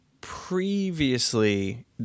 previously